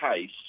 case